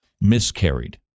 miscarried